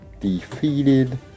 defeated